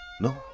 No